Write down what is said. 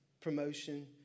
promotion